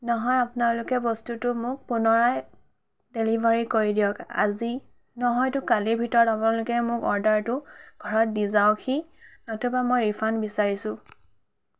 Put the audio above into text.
নহয় আপোনালোকে বস্তুটো মোক পুনৰাই ডেলিভাৰি কৰি দিয়ক আজি নহয়টো কালিৰ ভিতৰত আপোনালোকে মোক অৰ্ডাৰটো ঘৰত দি যাওঁকহি অথবা মই ৰিফাণ্ড বিচাৰিছোঁ